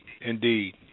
indeed